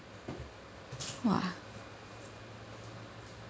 !wah!